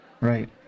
right